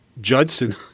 judson